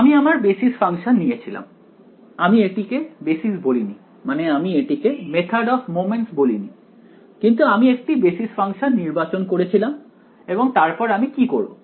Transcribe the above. আমি আমার basis function নিয়েছিলাম আমি এটিকে বেসিস বলিনি মানে আমি এটিকে মেথড অফ মোমেন্টস বলিনি কিন্তু আমি একটি বেসিস ফাংশন নির্বাচন করেছিলাম এবং তারপর আমি কি করব